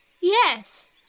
Yes